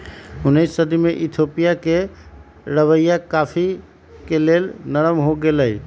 उनइस सदी में इथोपिया के रवैया कॉफ़ी के लेल नरम हो गेलइ